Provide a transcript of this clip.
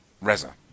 Reza